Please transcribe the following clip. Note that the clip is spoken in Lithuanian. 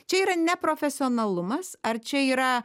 čia yra neprofesionalumas ar čia yra